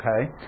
Okay